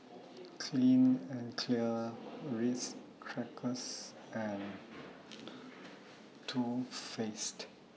Clean and Clear Ritz Crackers and Too Faced